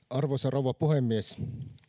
arvoisa rouva puhemies